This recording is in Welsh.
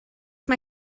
mae